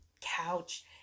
couch